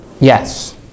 Yes